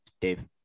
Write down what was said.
Dave